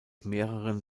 mehreren